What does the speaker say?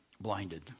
blinded